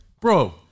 Bro